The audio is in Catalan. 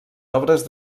obres